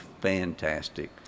fantastic